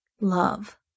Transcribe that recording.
love